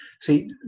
see